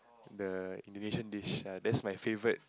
the Indonesian dish ya that's my favourite